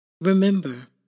Remember